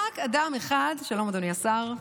רק אדם אחד, שלום, אדוני השר.